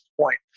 point